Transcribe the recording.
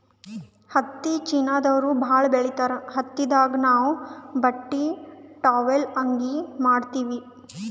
ಹತ್ತಿ ಚೀನಾದವ್ರು ಭಾಳ್ ಬೆಳಿತಾರ್ ಹತ್ತಿದಾಗ್ ನಾವ್ ಬಟ್ಟಿ ಟಾವೆಲ್ ಅಂಗಿ ಮಾಡತ್ತಿವಿ